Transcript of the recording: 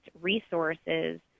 resources